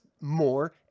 more